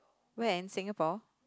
where in Singapore